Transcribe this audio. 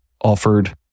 offered